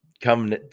come